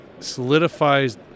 Solidifies